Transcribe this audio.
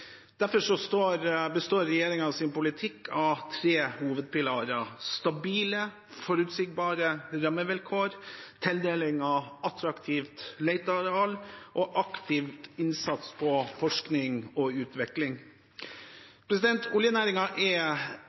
Derfor består regjeringens politikk av tre hovedpilarer: stabile, forutsigbare rammevilkår, tildeling av attraktivt leteareal og aktiv innsats på forskning og utvikling. Oljenæringen er